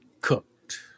cooked